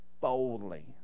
boldly